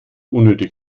unnötig